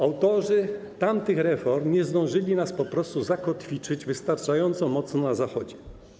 Autorzy tamtych reform nie zdążyli nas po prostu zakotwiczyć wystarczająco mocno na Zachodzie.